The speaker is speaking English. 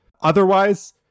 otherwise